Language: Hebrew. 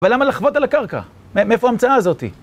‫ולמה לחוות על הקרקע? ‫מאיפה ההמצאה הזאתי?